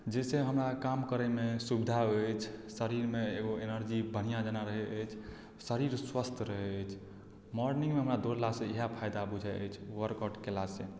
जाहि सॅं हमरा काम करैमे सुविधा होइ अछि शरीरमे एगो एनर्जी बढ़ियाँ जेना रहै अछि शरीर स्वास्थ्य रहै अछि मॉर्निंग मे हमरा दौड़लासँ इएह फायदा बुझाई अछि वर्कआउट केला सॅं